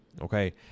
okay